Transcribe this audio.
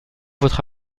votre